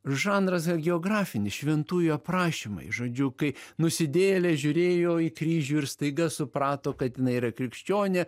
žanras hagiografinis šventųjų aprašymai žodžiu kai nusidėjėlė žiūrėjo į kryžių ir staiga suprato kad jinai yra krikščionė